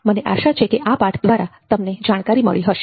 મને આશા છે કે આ પાઠ દ્વારા તમને જાણકારી મળી હશે